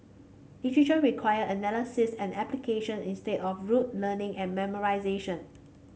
literature require analysis and application instead of rote learning and memorisation